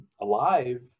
alive